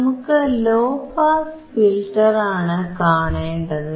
നമുക്ക് low pass ഫിൽറ്ററാണ് കാണേണ്ടത്